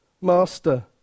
master